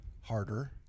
harder